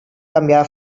canviar